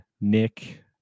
Nick